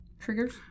Triggers